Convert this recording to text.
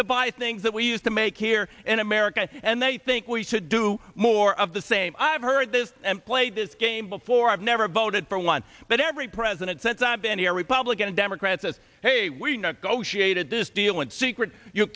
to buy things that we used to make here in america and they think we should do more of the same i've heard this and played this game before i've never voted for one but every president since i've been here republican and democrat says hey we negotiated this deal in secret you